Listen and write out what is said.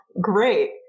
Great